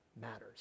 matters